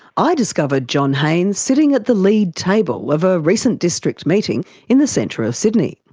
i discovered john haines sitting at the lead table of a recent district meeting in the centre of sydney.